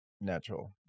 natural